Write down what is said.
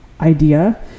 idea